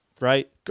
right